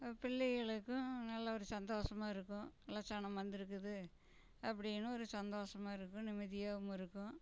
பிள்ளைகளுக்கும் நல்ல ஒரு சந்தோஷமாக இருக்கும் எல்லாம் ஜனம் வந்திருக்குது அப்படின்னு ஒரு சந்தோஷமாக இருக்கும் நிம்மதியாகவும் இருக்கும்